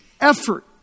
effort